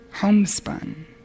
homespun